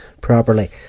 properly